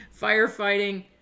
firefighting